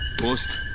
post